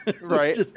Right